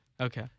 okay